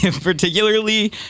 particularly